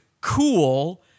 cool